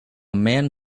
man